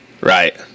Right